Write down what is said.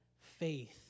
faith